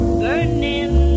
burning